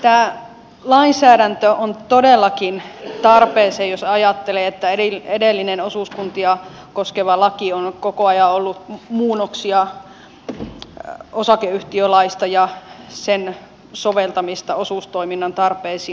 tämä lainsäädäntö tulee todellakin tarpeeseen jos ajattelee että edellinen osuuskuntia koskeva laki on koko ajan ollut muunnoksia osakeyhtiölaista ja sen soveltamista osuustoiminnan tarpeisiin